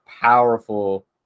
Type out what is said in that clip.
powerful